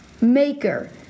Maker